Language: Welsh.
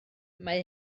mae